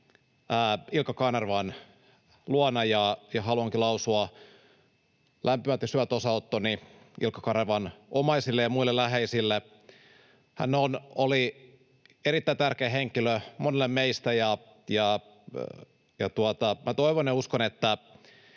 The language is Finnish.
Ilkka Kanervan luona. Haluankin lausua lämpimät ja syvät osanottoni Ilkka Kanervan omaisille ja muille läheisille. Hän oli erittäin tärkeä henkilö monelle meistä, ja toivon ja uskon, että